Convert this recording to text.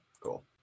cool